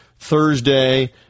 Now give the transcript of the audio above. Thursday